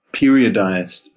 periodized